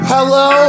Hello